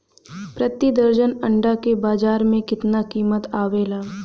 प्रति दर्जन अंडा के बाजार मे कितना कीमत आवेला?